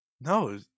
no